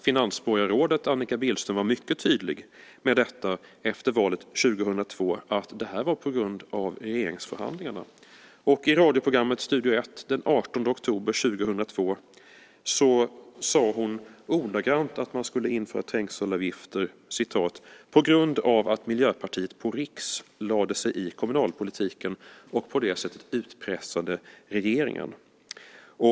Finansborgarrådet Annika Billström var mycket tydlig efter valet 2002 om att det här var på grund av regeringsförhandlingarna. I radioprogrammet Studio Ett den 18 oktober 2002 sade hon ordagrant att man skulle införa trängselavgifter "på grund av att Miljöpartiet på riks lade sig i kommunalpolitiken och på det sättet utpressade regeringen".